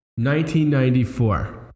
1994